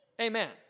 Amen